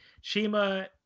Shima